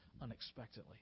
unexpectedly